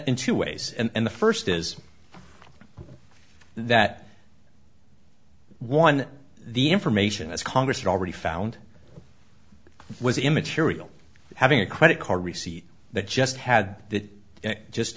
in two ways and the first is that one the information as congress already found was immaterial having a credit card receipt that just had that just